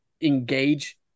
engage